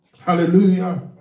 Hallelujah